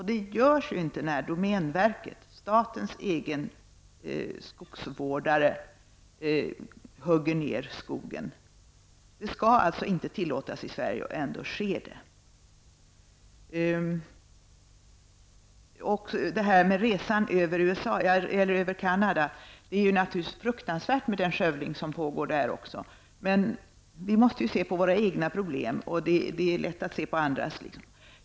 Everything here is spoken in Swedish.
Det görs ju inte när domänverket, statens egen skogsvårdare, hugger ned skog. Det skall inte tillåtas i Sverige, och ändå sker det. När det gäller resan över Canada är det naturligtvis fruktansvärt med den skövling som pågår där, men vi måste se till våra egna problem. Det är lätt att se på andras.